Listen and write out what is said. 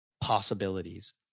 possibilities